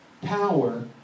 power